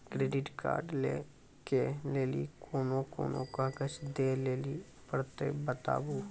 Credit card लै के लेली कोने कोने कागज दे लेली पड़त बताबू?